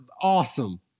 awesome